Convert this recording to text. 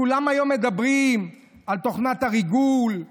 כולם היום מדברים על תוכנת הריגול,